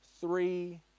Three